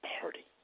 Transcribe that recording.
party